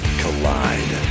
collide